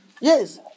Yes